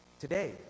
Today